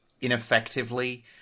ineffectively